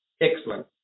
excellent